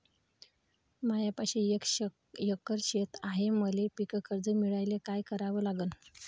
मायापाशी एक एकर शेत हाये, मले पीककर्ज मिळायले काय करावं लागन?